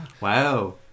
Wow